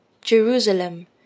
Jerusalem